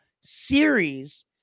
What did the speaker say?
Series